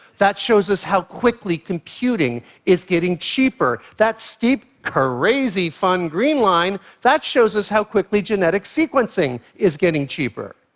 that shows us how quickly computing is getting cheaper. that steep, crazy-fun green line, that shows us how quickly genetic sequencing is getting cheaper.